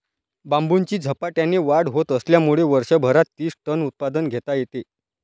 बांबूची झपाट्याने वाढ होत असल्यामुळे वर्षभरात तीस टन उत्पादन घेता येते